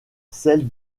celle